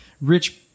rich